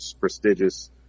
prestigious